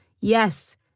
Yes